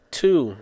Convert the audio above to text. two